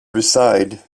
reside